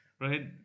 right